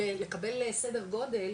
לקבל סדר גודל,